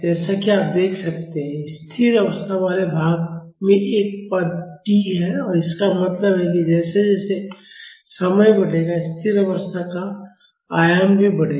जैसा कि आप देख सकते हैं स्थिर अवस्था वाले भाग में एक पद t है इसका मतलब है कि जैसे जैसे समय बढ़ेगा स्थिर अवस्था का आयाम भी बढ़ेगा